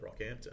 Rockhampton